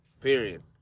Period